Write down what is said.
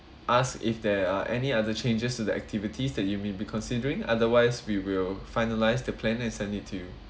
ask if there are any other changes to the activities that you may be considering otherwise we will finalize the plan and send it to you